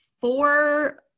four